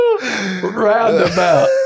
roundabout